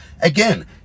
again